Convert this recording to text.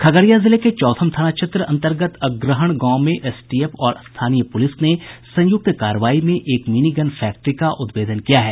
खगड़िया जिले के चौथम थाना क्षेत्र अन्तर्गत अग्रहण गांव में एसटीएफ और स्थानीय पुलिस ने संयुक्त कार्रवाई में एक मिनी गन फैक्ट्री का उद्भेदन किया है